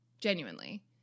genuinely